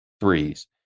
threes